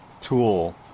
tool